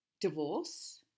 divorce